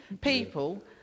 people